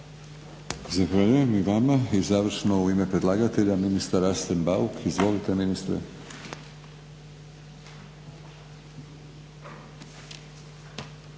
Zahvaljujem i vama. I završno u ime predlagatelja ministar Arsen Bauk. Izvolite ministre.